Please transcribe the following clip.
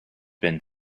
been